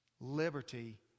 liberty